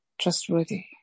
trustworthy